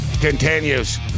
continues